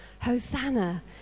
Hosanna